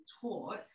taught